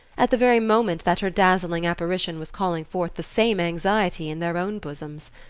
at the very moment that her dazzling apparition was calling forth the same anxiety in their own bosoms.